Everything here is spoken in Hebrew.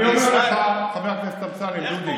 אני אומר לך, חבר הכנסת אמסלם דודי.